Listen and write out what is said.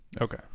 Okay